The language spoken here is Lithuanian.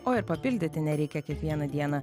o ir papildyti nereikia kiekvieną dieną